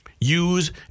use